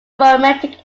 romantic